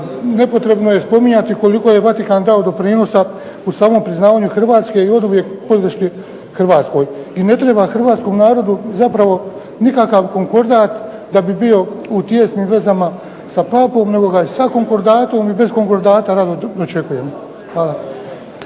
nepotrebno je spominjati koliko je Vatikan dao doprinosa u samom priznavanju Hrvatske i oduvijek podršci Hrvatskoj. I ne treba hrvatskom narodu zapravo nikakav konkordat da bi bio u tijesnim vezama sa Papom, nego ga je svakom .../Govornik se ne razumije./... rado dočekujemo. Hvala